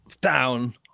down